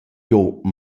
giò